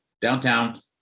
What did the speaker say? downtown